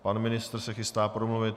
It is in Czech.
Pan ministr se chystá promluvit.